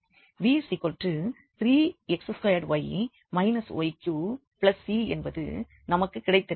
v3x2y y3c என்பது நமக்கு கிடைத்திருக்கிறது